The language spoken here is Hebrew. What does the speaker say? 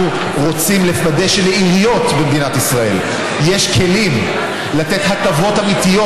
אנחנו רוצים לוודא שלעיריות במדינת ישראל יש כלים לתת הטבות אמיתיות,